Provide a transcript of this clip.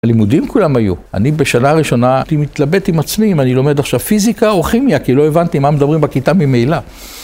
הלימודים כולם היו, אני בשנה הראשונה, אני מתלבט עם עצמי אם אני לומד עכשיו פיזיקה או כימיה, כי לא הבנתי מה מדברים בכיתה ממילא.